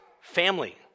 family